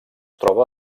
troba